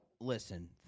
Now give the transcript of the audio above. listen